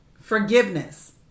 forgiveness